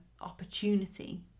opportunity